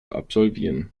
absolvieren